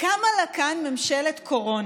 קמה לה כאן ממשלת קורונה,